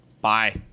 Bye